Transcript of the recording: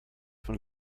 von